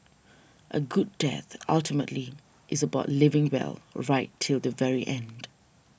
a good death ultimately is about living well right till the very end